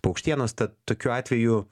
paukštienos ta tokiu atveju